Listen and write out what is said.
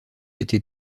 été